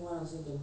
பெருசா:perusa